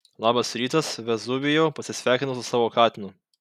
labas rytas vezuvijau pasisveikinu su savo katinu